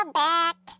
back